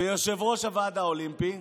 ויושב-ראש הוועד האולימפי.